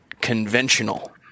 conventional